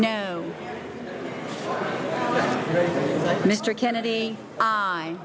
no mr kennedy i